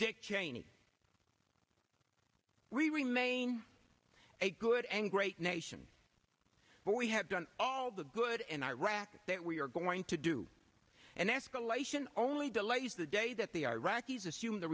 dick cheney we remain a good and great nation when we have done all the good in iraq that we are going to do an escalation only delays the day that the iraqis assume the